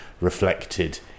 reflected